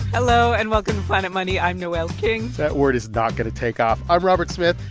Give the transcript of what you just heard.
hello. and welcome to planet money. i'm noel king that word is not going to take off. i'm robert smith.